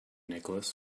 nicholas